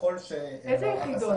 ככל שמערך הסייבר --- איזה יחידות?